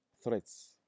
threats